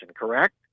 correct